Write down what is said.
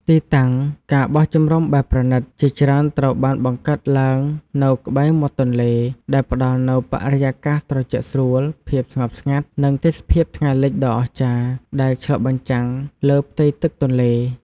ទីតាំង ការបោះជំរំបែបប្រណីត ជាច្រើនត្រូវបានបង្កើតឡើងនៅក្បែរមាត់ទន្លេ ដែលផ្តល់នូវបរិយាកាសត្រជាក់ស្រួល ភាពស្ងប់ស្ងាត់ និងទេសភាពថ្ងៃលិចដ៏អស្ចារ្យ ដែលឆ្លុះបញ្ចាំងលើផ្ទៃទឹកទន្លេ។